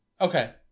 okay